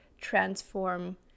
Transform